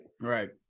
Right